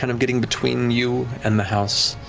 um getting between you and the house,